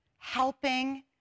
helping